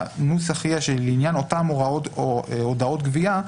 הנוסח יהיה שלעניין אותן הודעות גבייה,